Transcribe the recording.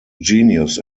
genius